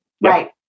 right